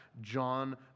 John